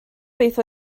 beth